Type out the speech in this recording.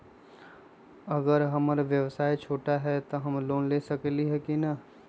अगर हमर व्यवसाय छोटा है त हम लोन ले सकईछी की न?